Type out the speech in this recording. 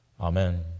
Amen